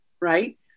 right